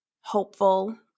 hopeful